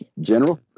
General